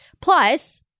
Plus